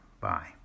Bye